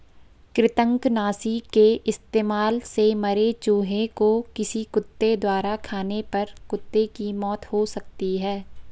कृतंकनाशी के इस्तेमाल से मरे चूहें को किसी कुत्ते द्वारा खाने पर कुत्ते की मौत हो सकती है